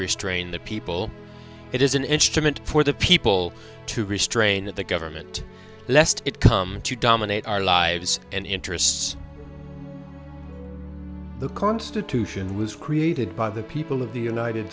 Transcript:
restrain the people it is an instrument for the people to restrain the government lest it come to dominate our lives and interests the constitution was created by the people of the united